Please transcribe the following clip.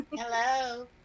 Hello